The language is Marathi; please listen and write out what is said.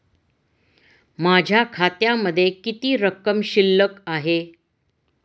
माझ्या खात्यामध्ये किती रक्कम शिल्लक आहे?